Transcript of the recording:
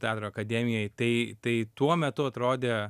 teatro akademijoj tai tai tuo metu atrodė